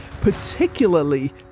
particularly